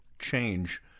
change